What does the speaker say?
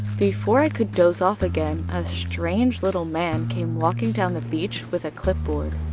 before i could doze off again a strange little man came walking down the beach with a clipboard.